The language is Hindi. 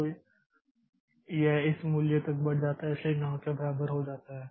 तो यह इस मूल्य तक बढ़ जाता है इसलिए ये 9 के बराबर हो जाते हैं